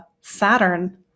saturn